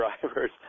drivers